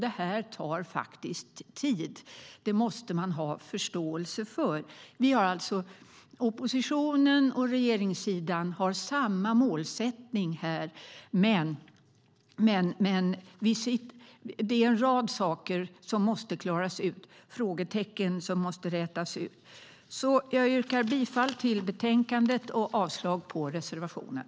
Det tar tid. Det måste man ha förståelse för. Oppositionen och regeringssidan har här samma mål, men en rad frågetecken måste rätas ut. Jag yrkar bifall till förslaget i betänkandet och avslag på reservationen.